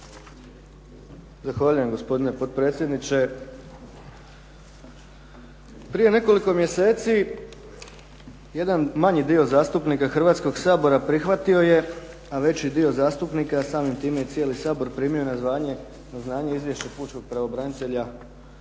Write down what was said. Zahvaljujem. Gospodine potpredsjedniče. Prije nekoliko mjeseci jedan manji dio zastupnika Hrvatskoga sabora prihvatio je a veći dio zastupnika a samim time i cijeli Sabor primio na znanje Izvješće pučkog pravobranitelja za